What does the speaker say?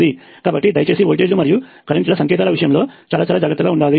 కాబట్టి దయచేసి వోల్టేజీలు మరియు కరెంట్ ల సంకేతాల విషయంలో చాలా చాలా జాగ్రత్తగా ఉండాలి